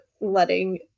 letting